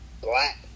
black